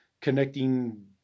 connecting